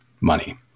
money